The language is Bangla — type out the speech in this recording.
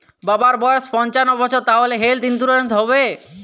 বাবার বয়স পঞ্চান্ন বছর তাহলে হেল্থ ইন্সুরেন্স হবে?